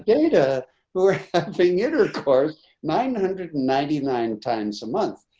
data who were having intercourse nine hundred and ninety nine times a month